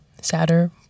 sadder